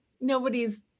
nobody's